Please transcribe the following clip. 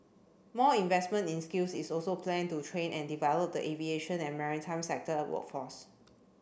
more investment in skills is also planned to train and develop the aviation and maritime sector workforce